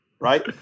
Right